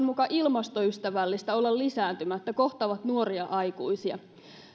muka ilmastoystävällistä olla lisääntymättä kohtaavat nuoria aikuisia